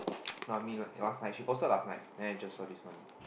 no I mean your last night she posted last night then I just saw this morning